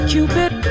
Cupid